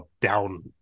down